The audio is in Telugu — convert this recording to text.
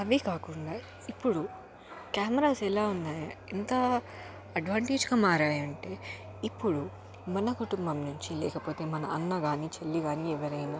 అవే కాకుండా ఇప్పుడు కెమెరాస్ ఎలా ఉన్నాయి ఎంత అడ్వాంటేజ్గా మారాయంటే ఇప్పుడు మన కుటుంబం నుంచి లేకపోతే మన అన్న కానీ చెల్లి కానీ ఎవరైనా